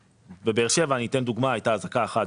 בבאר שבע, אני אתן דוגמה, הייתה אזעקה אחת.